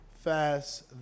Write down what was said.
fast